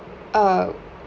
uh